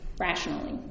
rationally